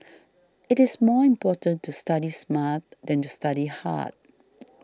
it is more important to study smart than to study hard